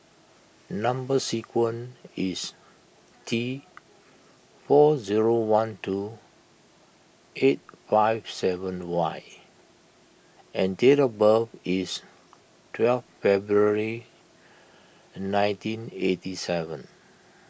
Number Sequence is T four zero one two eight five seven Y and date of birth is twelve February nineteen eighty seven